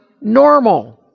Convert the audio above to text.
normal